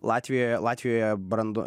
latvijoje latvijoje brando